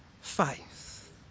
faith